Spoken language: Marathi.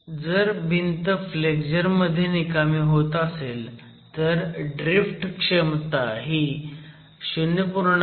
आणि जर भिंत फ्लेक्झर मध्ये निकामी होत असेल तर ड्रीफ्ट क्षमता ही 0